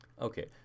Okay